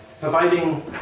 providing